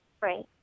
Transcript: Right